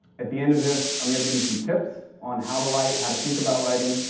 at the end of this, i'm going to give you some tips on how to write, how to think about writing.